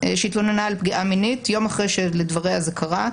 שהתלוננה על פגיעה מינית יום אחרי שלדבריה זה קרה.